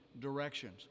directions